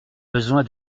besoin